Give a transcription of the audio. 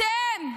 אתם,